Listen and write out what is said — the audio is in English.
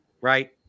right